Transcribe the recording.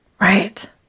Right